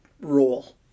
role